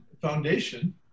foundation